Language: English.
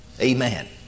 Amen